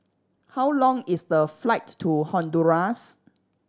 how long is the flight to Honduras